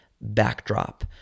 backdrop